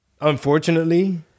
unfortunately